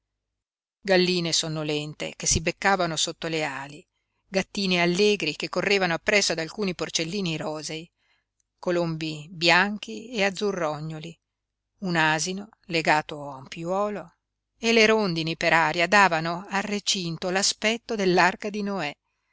indugiati galline sonnolente che si beccavano sotto le ali gattini allegri che correvano appresso ad alcuni porcellini rosei colombi bianchi e azzurrognoli un asino legato a un piuolo e le rondini per aria davano al recinto l'aspetto dell'arca di noè